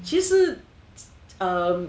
其实 um